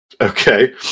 Okay